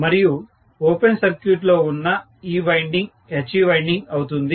మరియు open circuit లో ఉన్న ఈ వైండింగ్ HV వైండింగ్ అవుతుంది